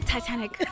Titanic